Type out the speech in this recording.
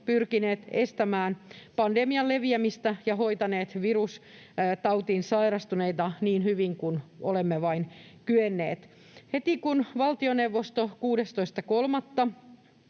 pyrkineet estämään pandemian leviämistä ja hoitaneet virustautiin sairastuneita niin hyvin kuin olemme vain kyenneet. Heti kun valtioneuvosto 16.3.2020